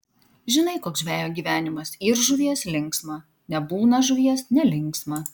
žinai koks žvejo gyvenimas yr žuvies linksma nebūna žuvies nelinksma